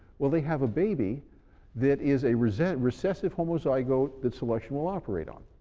will they have a baby that is a recessive recessive homozygote that selection will operate on.